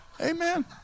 Amen